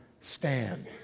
stand